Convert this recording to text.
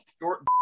Short